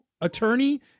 attorney